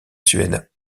suède